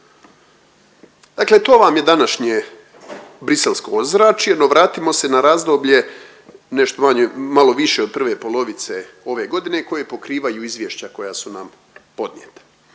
Dakle to vam je današnje Bruxellesko ozračje no vratimo se na razdoblje nešto manje, malo više od prve polovice ove godine koje pokrivaju izvješća koja su nam podnijeta.